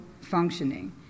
functioning